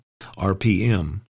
RPM